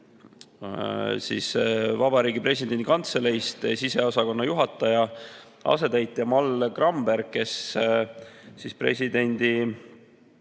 ka Vabariigi Presidendi Kantselei siseosakonna juhataja asetäitja Mall Gramberg, kes selgitas presidendi